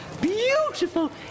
beautiful